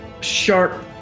sharp